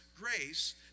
grace